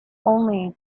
only